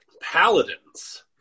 Paladins